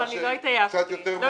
לא התעייפתי.